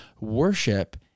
worship